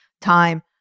time